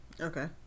Okay